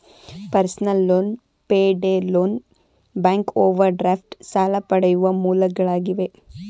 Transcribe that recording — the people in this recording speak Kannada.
personal loan, pay day loan, bank overdraft ಸಾಲ ಪಡೆಯುವ ಮೂಲಗಳಾಗಿವೆ